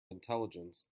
intelligence